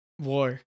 war